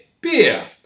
Beer